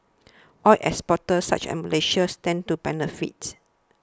oil exporters such Malaysia stand to benefit